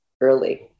early